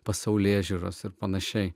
pasaulėžiūros ir pan